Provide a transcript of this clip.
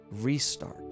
restart